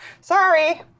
Sorry